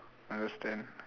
understand